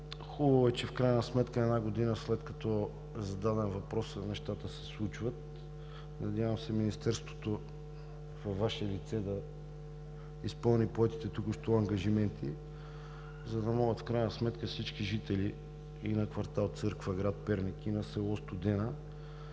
Хубаво е, че в крайна сметка една година след като е зададен въпросът, нещата се случват. Надяваме се Министерството във Ваше лице да изпълни поетите току-що ангажименти, за да могат в крайна сметка всички жители – и на квартал „Църква“, град Перник, и на село Студена,